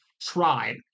tribe